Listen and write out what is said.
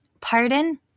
pardon